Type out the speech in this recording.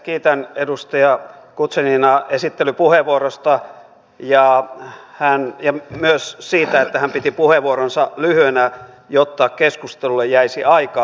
kiitän edustaja guzeninaa esittelypuheenvuorosta ja myös siitä että hän piti puheenvuoronsa lyhyenä jotta keskustelulle jäisi aikaa